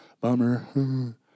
Bummer